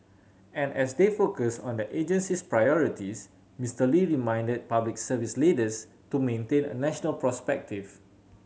and as they focus on their agency's priorities Mister Lee reminded Public Service leaders to maintain a national perspective